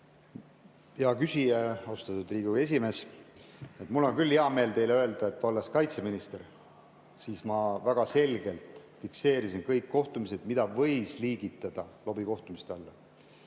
hea küsija! Austatud Riigikogu esimees! Mul on küll hea meel teile öelda, et olles kaitseminister, ma väga selgelt fikseerisin kõik kohtumised, mida võis liigitada lobikohtumiste alla.